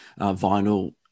vinyl